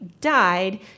died